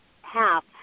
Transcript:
half